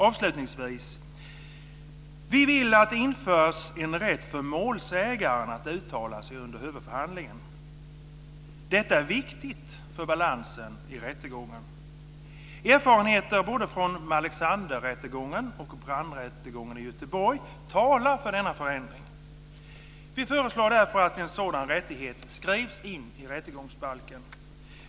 Avslutningsvis vill vi att det införs en rätt för målsägaren att uttala sig under huvudförhandlingen. Detta är viktigt för balansen i rättegången. Erfarenheter både från Malexanderrättegången och från brandrättegången i Göteborg talar för denna förändring. Vi föreslår därför att en sådan rättighet skrivs in i rättegångsbalken.